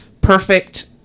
perfect